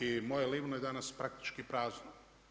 i moje Livno je praktički prazno.